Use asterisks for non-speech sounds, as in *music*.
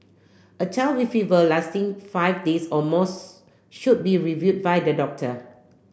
a child with fever lasting five days or more *unintelligible* should be review by the doctor